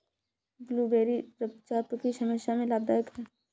blueberry रक्तचाप की समस्या में लाभदायक है